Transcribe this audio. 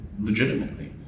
legitimately